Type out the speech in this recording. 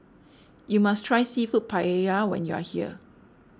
you must try Seafood Paella when you are here